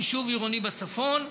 יישוב עירוני בצפון.